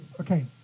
Okay